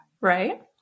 right